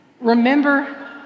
Remember